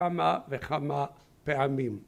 וכמה וכמה פעמים